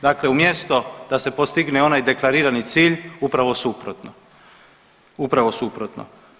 Dakle, umjesto da se postigne onaj deklarirani cilj upravo suprotno, upravo suprotno.